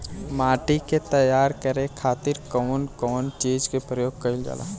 माटी के तैयार करे खातिर कउन कउन चीज के प्रयोग कइल जाला?